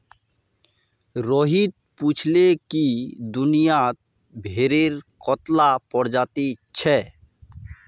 रोहित पूछाले कि दुनियात भेडेर कत्ला प्रजाति छे